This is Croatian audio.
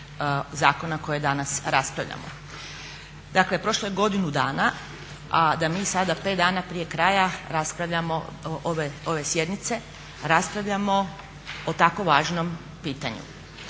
zakona kojeg danas raspravljamo. Dakle, prošlo je godinu dana a da mi sada pet dana prije kraja raspravljamo ove sjednice raspravljamo o tako važnom pitanju.